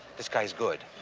this guy's good.